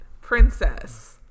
princess